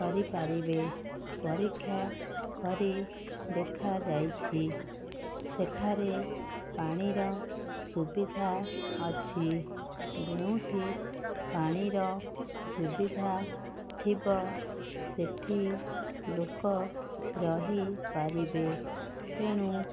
କରିପାରିବେ ପରୀକ୍ଷା କରି ଦେଖାଯାଇଛି ସେଠାରେ ପାଣିର ସୁବିଧା ଅଛି ଯେଉଁଠି ପାଣିର ସୁବିଧା ଥିବ ସେଇଠି ଲୋକ ରହିପାରିବେ ତେଣୁ